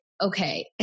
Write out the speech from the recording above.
okay